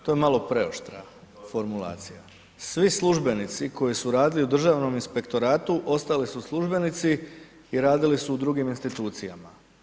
To je mala preoštra formulacija, svi službenici koji su radili u Državom inspektoratu ostali su službenici i radili su u drugim institucijama.